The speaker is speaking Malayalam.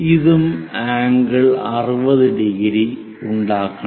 ഇതും ആംഗിൾ 60⁰ ഉണ്ടാക്കണം